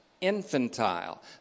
infantile